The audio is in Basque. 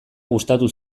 gustatu